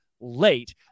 late